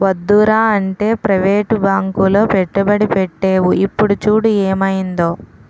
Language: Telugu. వద్దురా అంటే ప్రవేటు బాంకులో పెట్టుబడి పెట్టేవు ఇప్పుడు చూడు ఏమయిందో